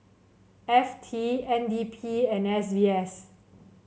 F T N D P and S B S